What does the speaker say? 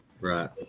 right